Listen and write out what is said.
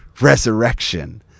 resurrection